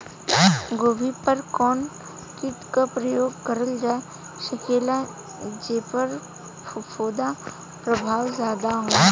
गोभी पर कवन कीट क प्रयोग करल जा सकेला जेपर फूंफद प्रभाव ज्यादा हो?